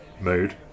mood